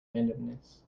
randomness